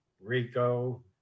Rico